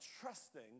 trusting